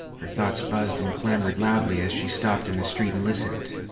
her thoughts buzzed and clamored loudly as she stopped in the street and listened.